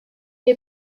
est